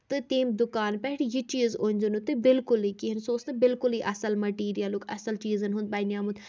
تہٕ تٔمۍ دُکان پٮ۪ٹھ یہِ چیٖز أنزیو نہٕ تُہۍ بالکُلٕے کہینۍ سُہ اوس نہٕ بالکُلٕے اَصٕل مٔٹیٖریلُک اَصٕل چیٖزَن ہُنٛد بَنیومُت